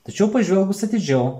tačiau pažvelgus atidžiau